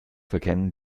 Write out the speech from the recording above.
verkennen